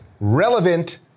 relevant